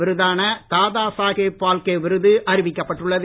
விருதான தாதா சாஹேப் பால்கே விருது அறிவிக்கப்பட்டுள்ளது